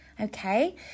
okay